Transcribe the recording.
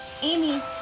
Amy